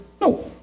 no